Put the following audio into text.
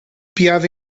piada